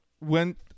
went